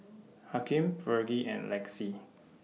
Hakim Vergie and Lexie